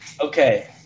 Okay